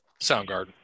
Soundgarden